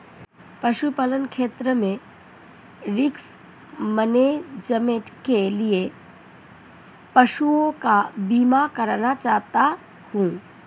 पशुपालन क्षेत्र में रिस्क मैनेजमेंट के लिए पशुओं का बीमा कराया जाता है